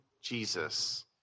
Jesus